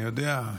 אני יודע,